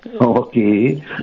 Okay